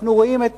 אנחנו רואים את